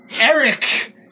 Eric